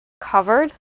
covered